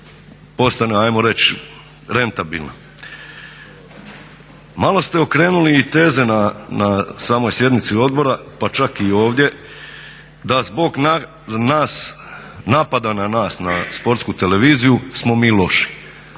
postane ajmo reći rentabilna. Malo ste okrenuli i teze na samoj sjednici odbora, pa čak i ovdje, da zbog nas, napada na nas, na Sportsku televiziju smo mi loši.